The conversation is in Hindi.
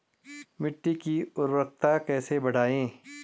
मिट्टी की उर्वरकता कैसे बढ़ायें?